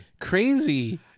Crazy